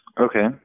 Okay